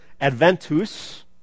adventus